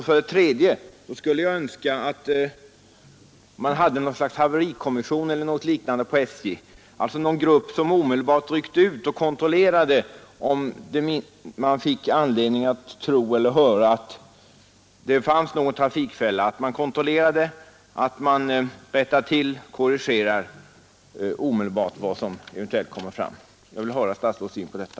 Slutligen skulle jag önska att man hade något slags haverikommission eller liknande på SJ, alltså en grupp som omedelbart ryckte ut och 19 kontrollerade, om man fick anledning att tro att det fanns någon trafikfälla. Då skulle man omedelbart kunna korrigera de brister som eventuellt kom fram. Jag skulle vilja höra statsrådets syn på detta.